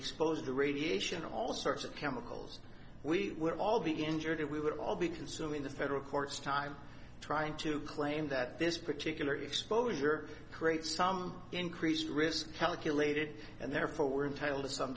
exposed to radiation all sorts of chemicals we were all begin jetted we would all be consuming the federal court's time trying to claim that this particular exposure creates some increased risk calculated and therefore we're entitled to some